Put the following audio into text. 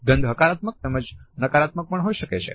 ગંધ હકારાત્મક તેમજ નકારાત્મક પણ હોઈ શકે છે સારી કે ખરાબ